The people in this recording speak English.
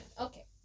Okay